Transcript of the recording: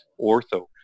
ortho